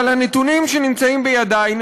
אבל הנתונים שנמצאים בידי,